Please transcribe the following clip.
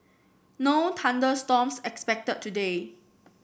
no thunder storms expected today